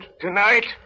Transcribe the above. Tonight